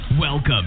Welcome